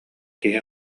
киһи